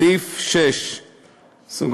סעיף 6(4)